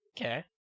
okay